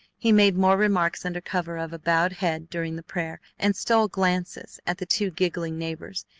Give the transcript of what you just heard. he made more remarks under cover of a bowed head during the prayer, and stole glances at the two giggling neighbors.